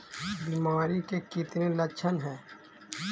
बीमारी के कितने लक्षण हैं?